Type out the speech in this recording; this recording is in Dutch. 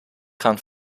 gaan